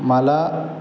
मला